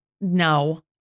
No